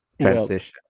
transition